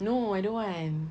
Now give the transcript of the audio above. no I don't want